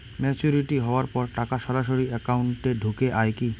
Maturity হওয়ার পর টাকা সরাসরি একাউন্ট এ ঢুকে য়ায় কি?